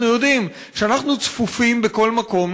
אנחנו יודעים שאנחנו צפופים בכל מקום,